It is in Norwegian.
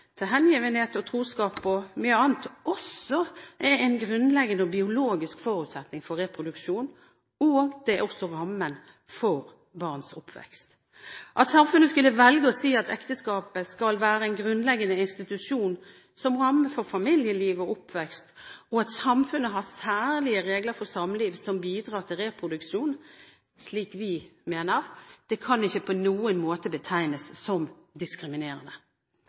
til hengivenhet og troskap og mye annet, også er en grunnleggende og biologisk forutsetning for reproduksjon, og det er også rammen for barns oppvekst. At samfunnet skulle velge å si at ekteskapet skal være en grunnleggende institusjon som ramme for familieliv og oppvekst, og at samfunnet har særlige regler for samliv som bidrar til reproduksjon, slik vi mener, kan ikke på noen måte betegnes som diskriminerende.